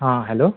हां हॅलो